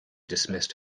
dismissed